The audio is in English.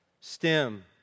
stem